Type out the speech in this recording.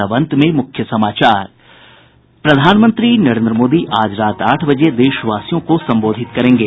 और अब अंत में मुख्य समाचार प्रधानमंत्री नरेन्द्र मोदी आज रात आठ बजे देशवासियों को संबोधित करेंगे